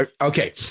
okay